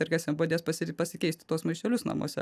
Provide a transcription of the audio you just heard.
ir kas jam padės pasi pasikeisti tuos maišelius namuose